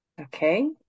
Okay